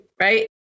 right